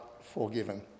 forgiven